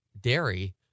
dairy